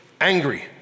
angry